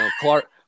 Clark